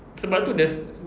sebab itu there's